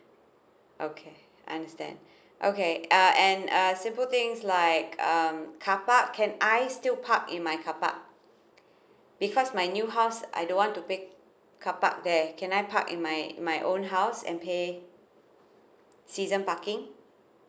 okay understand okay uh and uh simple things like um carpark can I still park in my cark park because my new house I don't want to pay carpark there can I park in my my own house and pay season parking